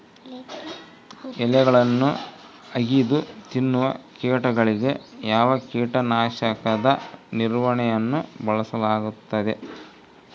ಎಲೆಗಳನ್ನು ಅಗಿದು ತಿನ್ನುವ ಕೇಟಗಳಿಗೆ ಯಾವ ಕೇಟನಾಶಕದ ನಿರ್ವಹಣೆಯನ್ನು ಬಳಸಲಾಗುತ್ತದೆ?